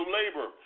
labor